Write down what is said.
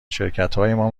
شرکتهایمان